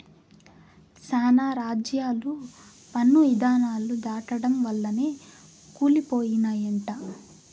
శానా రాజ్యాలు పన్ను ఇధానాలు దాటడం వల్లనే కూలి పోయినయంట